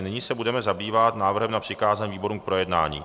Nyní se budeme zabývat návrhem na přikázání výborům k projednání.